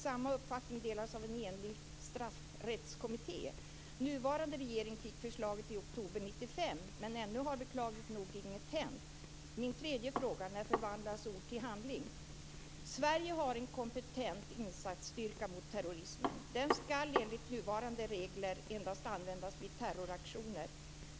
Samma uppfattning delas av en enig straffrättskommitté. Nuvarande regering fick förslaget i oktober 1995, men ännu har beklagligt nog inget hänt. Min tredje fråga: När förvandlas ord till handling? Sverige har en kompetent insatsstyrka mot terrorism. Den skall enligt nuvarande regler endast användas vid terroraktioner.